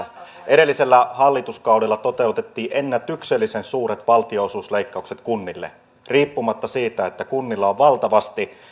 edellisellä hallituskaudella toteutettiin ennätyksellisen suuret valtionosuusleikkaukset kunnilta riippumatta siitä että kunnilla on valtavasti